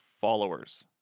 followers